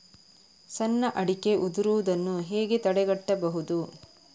ಸಣ್ಣ ಅಡಿಕೆ ಉದುರುದನ್ನು ಹೇಗೆ ತಡೆಗಟ್ಟಬಹುದು?